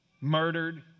murdered